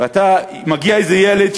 ומגיע איזה ילד,